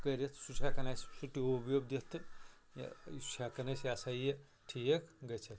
کٔرِتھ سُہ چھُ ہٮ۪کان اَسِہ ٹیوٗب ویوٗب دِتھ تہٕ یہِ یُہ چھُ ہٮ۪کان أسۍ یِہ ہسا یہِ ٹھیٖک گٔژھتھ